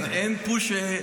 אין פוש,